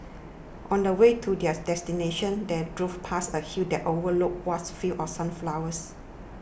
on the way to their destination they drove past a hill that overlooked vast fields of sunflowers